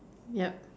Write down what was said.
yup